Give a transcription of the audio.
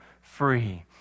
free